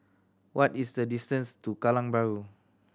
what is the distance to Kallang Bahru